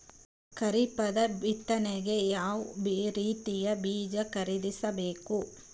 ಖರೀಪದ ಬಿತ್ತನೆಗೆ ಯಾವ್ ರೀತಿಯ ಬೀಜ ಖರೀದಿಸ ಬೇಕು?